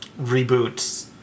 reboots